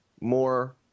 more